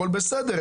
הכל בסדר.